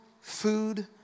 food